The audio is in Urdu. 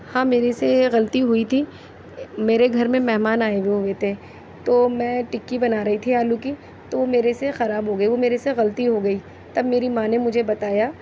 ہاں میرے سے ایک غلطی ہوئی تھی میرے گھر میں مہمان آئے ہوئے ہوئے تھے تو میں ٹکی بنا رہی تھی آلو کی تو میرے سے خراب ہو گئی وہ میرے سے غلطی ہو گئی تب میری ماں نے مجھے بتایا